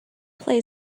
play